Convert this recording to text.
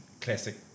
classic